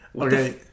Okay